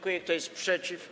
Kto jest przeciw?